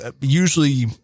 usually